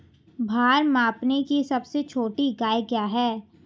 भार मापने की सबसे छोटी इकाई क्या है?